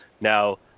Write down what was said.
Now